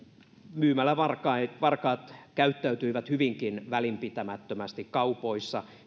myymälävarkaat käyttäytyivät hyvinkin välinpitämättömästi kaupoissa